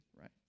right